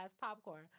popcorn